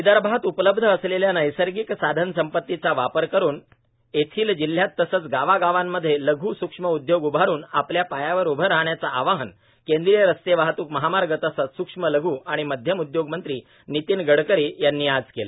विदर्भात उपलब्ध असलेल्या नैसर्गिक साधनसंपतीचा वापर करून येथील जिल्ह्यात तसेच गावागावांमध्ये लघ् सुक्ष्म उद्योग उभारून आपल्या पायावर उभे राहण्याचे आवाहन केंद्रीय रस्ते वाहतुक महामार्ग तसेच सुक्ष्म लघ् व मध्यम उद्योग मंत्री नितिन गडकरी यांनी आज केले